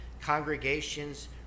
congregations